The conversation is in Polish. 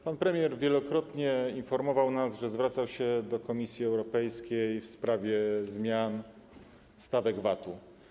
Pan premier wielokrotnie informował nas, że zwracał się do Komisji Europejskiej w sprawie zmian stawek VAT-u.